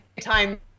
time